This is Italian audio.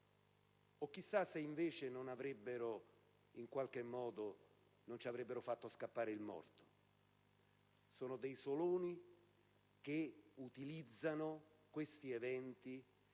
chissà, in qualche modo, non ci avrebbero fatto scappare il morto. Sono dei Soloni che utilizzano questi eventi